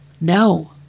No